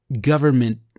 government